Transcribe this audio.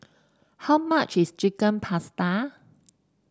how much is Chicken Pasta